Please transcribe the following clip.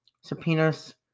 subpoenas